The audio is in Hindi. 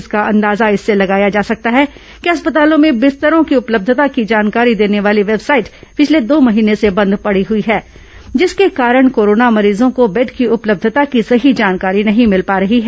इसका अंदाजा इससे लगाया जा सकता है कि अस्पतालों में बिस्तरों की उपलब्यता की जानकारी देने वाली वेबसाइट पिछले दो महीने से बंद पड़ी हुई है जिसके कारण कोरोना मरीजों को बेड की उपलब्यता की सही जानकारी नहीं भिल पा रही है